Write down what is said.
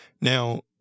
Now